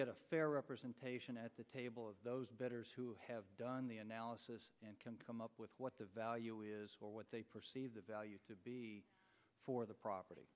get a fair representation at the table of those betters who have done the analysis and can come up with what the value is for what they perceive the value to be for the property